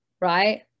right